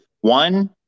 one